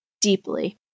deeply